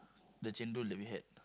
the chendol that we had